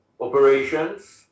operations